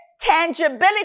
tangibility